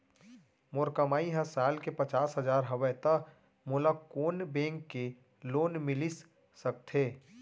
मोर कमाई ह साल के पचास हजार हवय त मोला कोन बैंक के लोन मिलिस सकथे?